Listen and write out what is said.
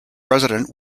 resident